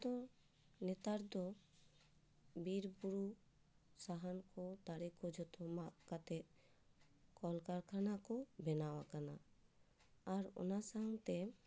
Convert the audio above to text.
ᱟᱫᱚ ᱱᱮᱛᱟᱨ ᱫᱚ ᱵᱤᱨᱼᱵᱩᱨᱩ ᱥᱟᱦᱟᱱ ᱠᱚ ᱫᱟᱨᱮ ᱠᱚ ᱡᱚᱛᱚ ᱢᱟᱜ ᱠᱟᱛᱮ ᱠᱚᱞᱼᱠᱟᱨᱠᱷᱟᱱᱟ ᱠᱚ ᱵᱮᱱᱟᱣ ᱟᱠᱟᱱᱟ ᱟᱨ ᱚᱱᱟ ᱥᱟᱶᱛᱮ